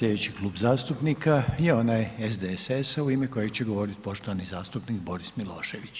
Sljedeći Klub zastupnika je onaj SDSS-a u ime kojeg će govoriti poštovani zastupnik Boris Milošević.